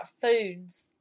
foods